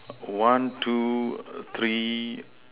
one two three